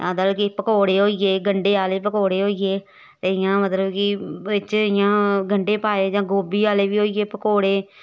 जादातर कि पकौड़े होई गे गंढे आह्ले पकौड़े होई गे ते इ'यां मतलब कि बिच्च इ'यां गंढे पाए जां गोभी आह्ले बी होई गे पकौड़े